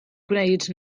gwneud